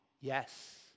Yes